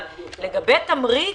לגבי תמריץ,